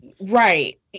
Right